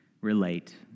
relate